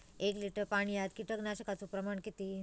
एक लिटर पाणयात कीटकनाशकाचो प्रमाण किती?